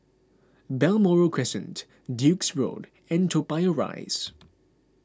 Balmoral Crescent Duke's Road and Toa Payoh Rise